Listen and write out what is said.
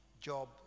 Job